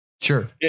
Sure